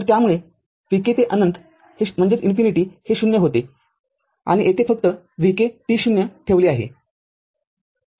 तरत्यामुळे vk ते अनंत हे ० होते आणि येथे फक्त vk t0 ठेवले आहे